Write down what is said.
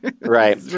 Right